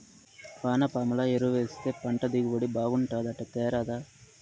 వానపాముల ఎరువేస్తే పంట దిగుబడి బాగుంటాదట తేరాదా